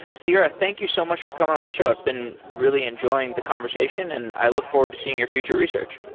ciera, thank you so much for coming on the shore. i've been really enjoying the conversation and i look forward to seeing your future research.